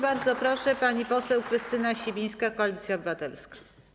Bardzo proszę, pani poseł Krystyna Sibińska, Koalicja Obywatelska.